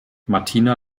martina